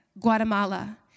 Guatemala